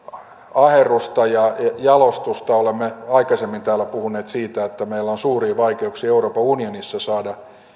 aherrusta ja jalostusta olemme aikaisemmin täällä puhuneet siitä että meillä on suuria vaikeuksia euroopan unionissa saada